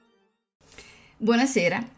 Buonasera